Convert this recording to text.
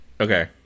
okay